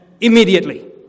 immediately